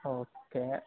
okay